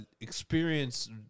experience